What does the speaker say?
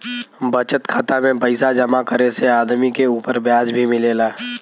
बचत खाता में पइसा जमा करे से आदमी के उपर ब्याज भी मिलेला